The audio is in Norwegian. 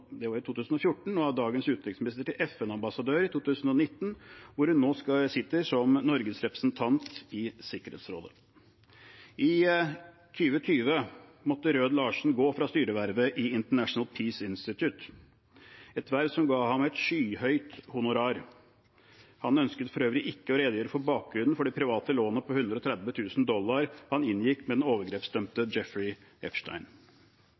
det var i 2014, og av dagens utenriksminister til FN-ambassadør i 2019, hvor hun nå sitter som Norges representant i Sikkerhetsrådet. I 2020 måtte Rød-Larsen gå fra styrevervet i International Peace Institute, et verv som ga ham et skyhøyt honorar. Han ønsket for øvrig ikke å redegjøre for bakgrunnen for det private lånet på 130 000 dollar han inngikk med den